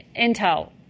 Intel